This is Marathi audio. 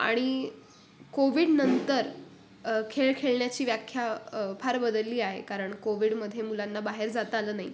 आणि कोविडनंतर खेळ खेळण्याची व्याख्या फार बदलली आहे कारण कोविडमध्ये मुलांना बाहेर जाता आलं नाही